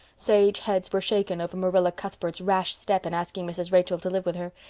sage heads were shaken over marilla cuthbert's rash step in asking mrs. rachel to live with her.